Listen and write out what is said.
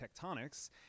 Tectonics